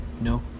No